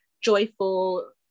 joyful